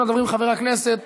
הממשלה מבקשת,